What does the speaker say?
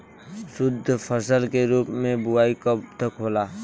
शुद्धफसल के रूप में बुआई कब तक होला?